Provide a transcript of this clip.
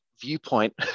viewpoint